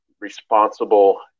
responsible